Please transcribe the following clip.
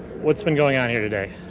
what's been going on here today?